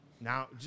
Now